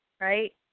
right